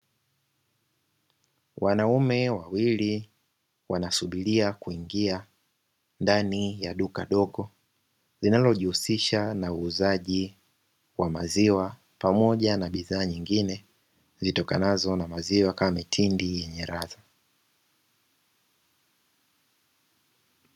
Wanaume wawili, wanasubilia kuingia ndani ya duka dogo linalo jiusisha na uuzaji wa maziwa pamoja na bidhaa nyingine zitokanazo na maziwa kama mitindi yenye radha.